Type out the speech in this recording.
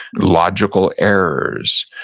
logical errors,